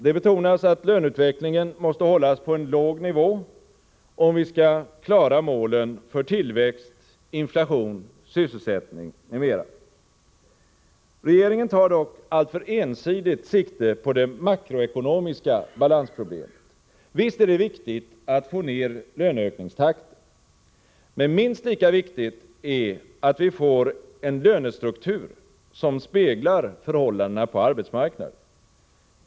Det betonas att löneutvecklingen måste hållas på en låg nivå, om vi skall klara målen för tillväxt, inflation, sysselsättning m.m. Regeringen tar dock alltför ensidigt sikte på det makroekonomiska balansproblemet. Visst är det viktigt att få ner löneökningstakten. Men minst lika viktigt är det att vi får en lönestruktur som speglar förhållandena på arbetsmarknaden.